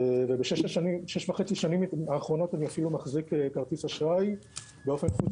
ובשש וחצי השנים האחרונות אני אפילו מחזיק כרטיס אשראי באופן חוץ